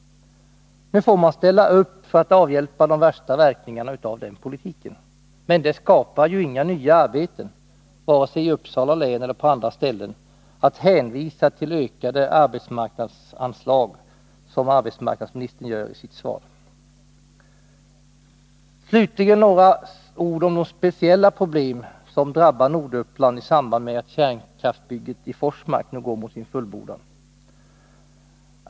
Nu får man ställa upp för att avhjälpa de värsta verkningarna av den politiken. Men det skapar inga nya arbeten vare sig i Uppsala län eller på andra ställen att hänvisa till ökade arbetsmarknadsanslag, såsom arbetsmarknadsministern gör i sitt svar. Slutligen några ord om de speciella problem som drabbar Norduppland i samband med att kärnkraftsbygget i Forsmark nu går mot sin fullbordan.